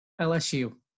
LSU